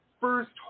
first